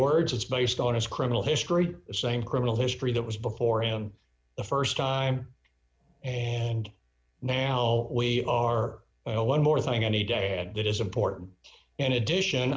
words it's based on his criminal history the same criminal history that was before him the st time and now we are one more thing any day and that is important in addition